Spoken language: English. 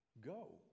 go